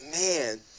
man